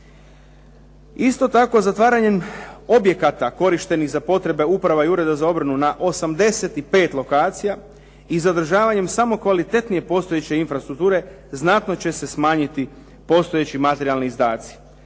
Isto tako, zatvaranjem objekata korištenim za potrebe uprava i ureda za obranu na 85 lokacija i zadržavanjem samo kvalitetnije postojeće infrastrukture znatno će se smanjiti postojeći materijalni izdaci,